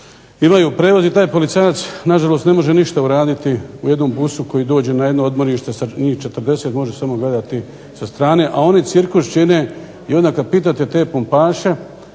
imaju prijevoz. I taj policajac nažalost ne može ništa uraditi jednom busu koji dođe na jedno odmorište sa njih 40. može samo gledati sa strane, a oni cirkus čine. I onda kada pitate te pumpaše,